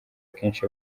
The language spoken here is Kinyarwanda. akenshi